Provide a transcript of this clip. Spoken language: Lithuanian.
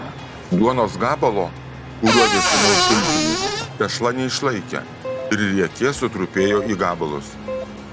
duonos gabalo kuriuo vėsinau sultinį tešla neišlaikė ir riekė sutrupėjo į gabalus